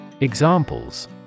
Examples